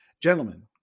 Gentlemen